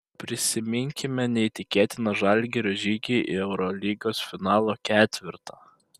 prisiminkime neįtikėtiną žalgirio žygį į eurolygos finalo ketvertą